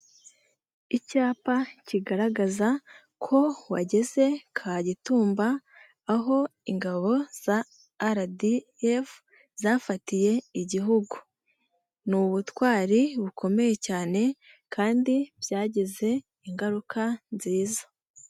Icyapa kigaragaza ko wageze Kagitumba aho ingabo za RDF, zafatiye igihugu ni ubutwari bukomeye cyane kandi byagize ingaruka nziza.